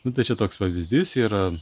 nu tai čia toks pavyzdys yra